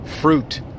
fruit